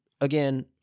again